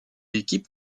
équipe